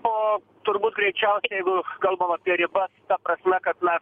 o turbūt greičiausia jeigu kalbam apie ribas ta prasme kad mes